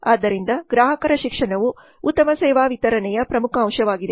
ಆದ್ದರಿಂದ ಗ್ರಾಹಕರ ಶಿಕ್ಷಣವು ಉತ್ತಮ ಸೇವಾ ವಿತರಣೆಯ ಪ್ರಮುಖ ಅಂಶವಾಗಿದೆ